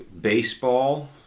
baseball